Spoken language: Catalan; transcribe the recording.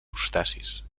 crustacis